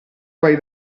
vai